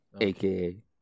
aka